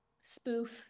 spoof